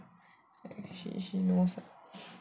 she she knows